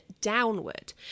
downward